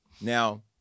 Now